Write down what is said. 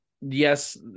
Yes